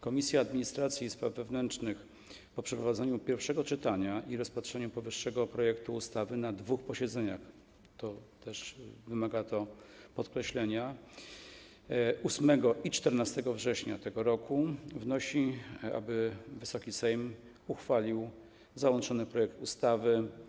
Komisja Administracji i Spraw Wewnętrznych po przeprowadzeniu pierwszego czytania i rozpatrzeniu powyższego projektu ustawy na dwóch posiedzeniach - co wymaga podkreślenia - w dniach 8 i 14 września br. wnosi, aby Wysoki Sejm uchwalił załączony projekt ustawy.